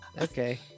Okay